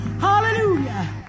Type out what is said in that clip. hallelujah